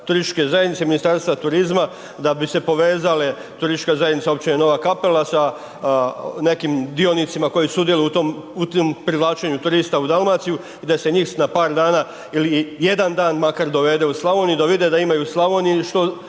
turističke zajednice Ministarstva turizma da bi se povezale turistička zajednica općine Nova Kapela sa nekim dionicima koji sudjeluju u tom privlačenju turista u Dalmaciju i da se njih s na par dana ili jedan dan makar dovede u Slavoniju, da vide da ima i u Slavoniji